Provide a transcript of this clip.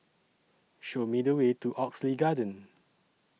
Show Me The Way to Oxley Garden